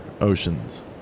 oceans